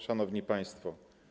Szanowni Państwo!